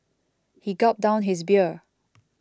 he gulped down his beer